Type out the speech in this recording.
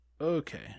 Okay